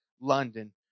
London